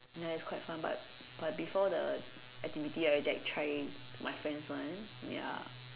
that's quite fun but but before the activity I have tried my friend's one ya